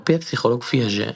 על פי הפסיכולוג פיאז'ה,